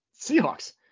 Seahawks